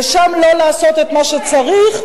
ושם לא לעשות את מה שצריך,